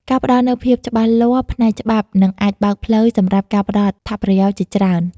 ការផ្តល់នូវភាពច្បាស់លាស់ផ្នែកច្បាប់ និងអាចបើកផ្លូវសម្រាប់ការផ្តល់អត្ថប្រយោជន៍ជាច្រើន ។